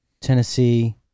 Tennessee